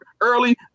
early